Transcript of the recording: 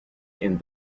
and